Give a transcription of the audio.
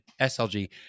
SLG